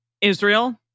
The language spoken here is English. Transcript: Israel